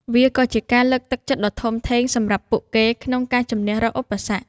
វាក៏ជាការលើកទឹកចិត្តដ៏ធំធេងសម្រាប់ពួកគេក្នុងការជំនះរាល់ឧបសគ្គ។